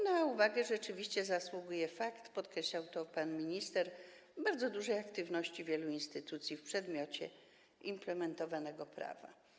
Na uwagę rzeczywiście zasługuje fakt, podkreślał to pan minister, bardzo dużej aktywności wielu instytucji w przedmiocie implementowanego prawa.